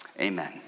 Amen